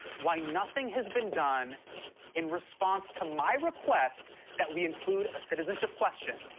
why nothing has been done in response to my request that we include a citizenship question.